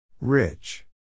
Rich